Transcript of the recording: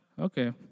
Okay